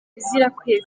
bizirakwezi